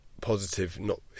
positive—not